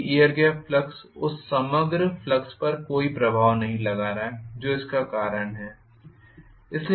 क्यूँकि air gap flux उस समग्र फ्लक्स पर कोई प्रभाव नहीं लगा रहा है जो इसका कारण है